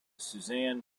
suzanne